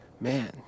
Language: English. man